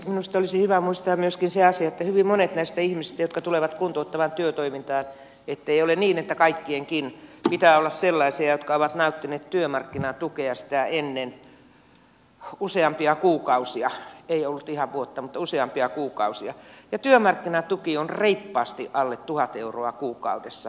minusta olisi hyvä muistaa myöskin se asia että hyvin monet näistä ihmisistä jotka tulevat kuntouttavaan työtoimintaan ettei ole niin että kaikkien pitää olla ovat sellaisia jotka ovat nauttineet työmarkkinatukea sitä ennen useampia kuukausia ei ihan vuotta mutta useampia kuukausia ja työmarkkinatuki on reippaasti alle tuhat euroa kuukaudessa miinus verot